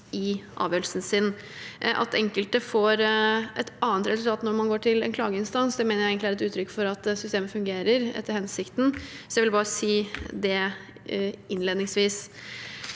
i avgjørelsen sin. At enkelte får et annet resultat når man går til en klageinstans, mener jeg egentlig er et uttrykk for at systemet fungerer etter hensikten. Jeg vil bare si det innledningsvis.